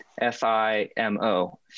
F-I-M-O